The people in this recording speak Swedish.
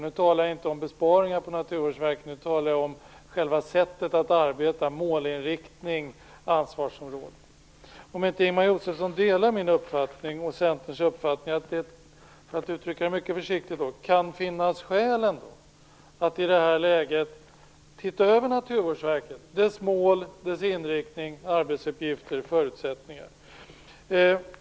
Jag talar då inte om några besparingar på Naturvårdsverket utan om själva sättet att arbeta: Delar inte Ingemar Josefsson min och Centerns uppfattning att det, för att uttrycka det mycket försiktigt, kan finnas skäl att i det här läget se över Naturvårdsverket - dess mål, dess inriktning, dess arbetsuppgifter och dess förutsättningar?